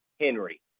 Henry